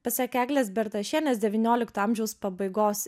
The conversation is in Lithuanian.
pasak eglės bertašienės devyniolikto amžiaus pabaigos